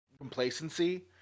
complacency